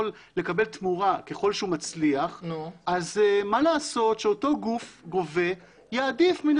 לקבל תמורה ככל שהוא מצליח אז מה לעשות שאותו גוף גובה יעדיף מן